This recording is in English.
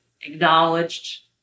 acknowledged